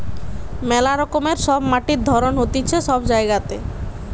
মেলা রকমের সব মাটির ধরণ হতিছে সব জায়গাতে